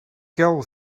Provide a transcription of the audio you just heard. gal